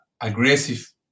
aggressive